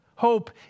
Hope